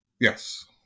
Yes